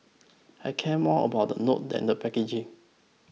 I care more about the note than the packaging